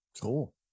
cool